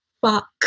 fuck